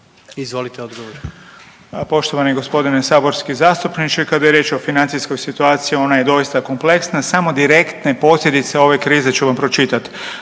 Vili (HDZ)** Poštovani gospodine saborski zastupniče, kada je riječ o financijskoj situaciji ona je doista kompleksna. Samo direktne posljedice ove krize ću vam pročitat.